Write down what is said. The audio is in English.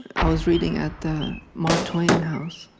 i was reading at the mark twain house,